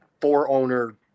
four-owner